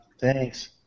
Thanks